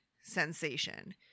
sensation